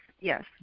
Yes